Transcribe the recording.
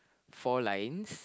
four lines